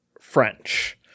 French